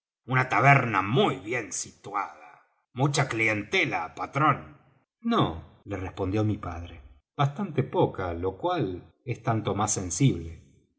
una taberna muy bien situada mucha clientela patrón nó le respondió mi padre bastante poca lo cual es tanto más sensible